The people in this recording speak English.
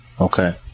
Okay